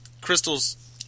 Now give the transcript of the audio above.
Crystal's